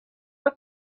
was